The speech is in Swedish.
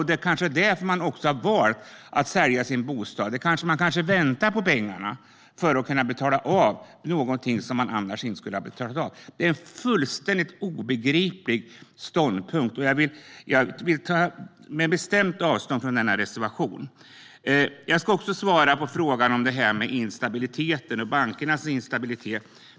Det kanske är därför man har valt att sälja sin bostad. Man kanske väntar på pengarna för att kunna betala av någonting som man annars inte skulle ha betalat av. Det är en fullständigt obegriplig ståndpunkt, och vi tar bestämt avstånd från denna reservation. Jag ska också svara på frågan om det här med instabiliteten.